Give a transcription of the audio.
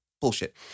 Bullshit